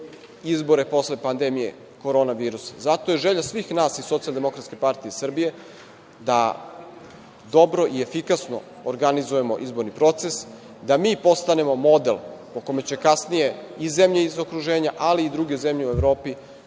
izbore posle pandemije korona virusa. Zato je želja svih nas iz SDPS da dobro i efikasno organizujemo izborni proces, da mi postanemo model po kome će kasnije i zemlje iz okruženja, ali i druge zemlje u Evropi